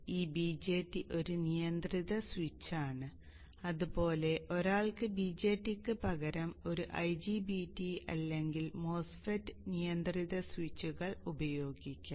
ഈ BJT ഒരു നിയന്ത്രിത സ്വിച്ചാണ് അതുപോലെ ഒരാൾക്ക് BJT ക്ക് പകരം ഒരു IGBT അല്ലെങ്കിൽ MOSFET നിയന്ത്രിത സ്വിച്ചുകൾ ഉപയോഗിക്കാം